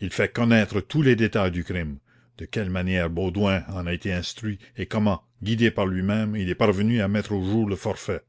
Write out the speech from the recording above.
il fait connaître tous les détails du crime de quelle manière baudouin en a été instruit et comment guidé par lui-même il est parvenu à mettre au jour le forfait